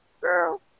Girl